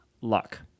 Luck